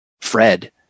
Fred